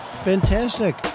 Fantastic